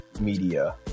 media